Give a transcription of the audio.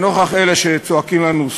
לנוכח אלה שצועקים עלינו,